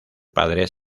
padres